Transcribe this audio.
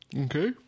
Okay